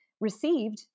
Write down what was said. received